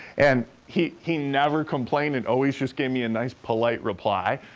and he he never complained, and always just gave me a nice, polite reply.